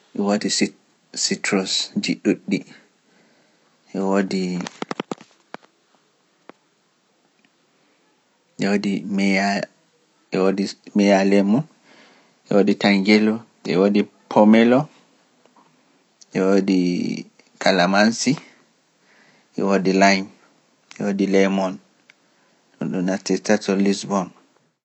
wodi citrus, e wodi pomelo, e wodi calamansi, e wodi lime kadi e wodi lemon e kordi duddi.